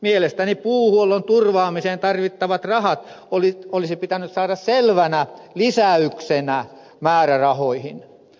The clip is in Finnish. mielestäni puuhuollon turvaamiseen tarvittavat rahat olisi pitänyt saada selvänä lisäyksenä määrärahoihin